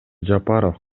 жапаров